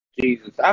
Jesus